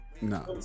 no